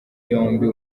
yombi